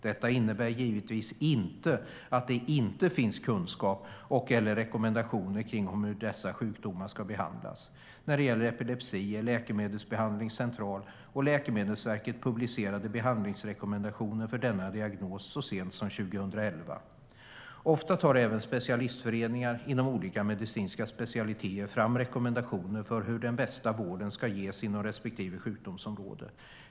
Detta innebär givetvis inte att det inte finns kunskap och/eller rekommendationer om hur dessa sjukdomar ska behandlas. När det gäller epilepsi är läkemedelsbehandling central, och Läkemedelsverket publicerade behandlingsrekommendationer för denna diagnos så sent som 2011. Ofta tar även specialistföreningar inom olika medicinska specialiteter fram rekommendationer för hur den bästa vården ska ges inom respektive sjukdomsområde.